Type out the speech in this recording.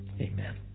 Amen